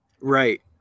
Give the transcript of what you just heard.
Right